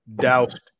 doused